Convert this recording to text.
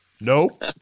Nope